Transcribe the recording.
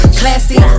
classy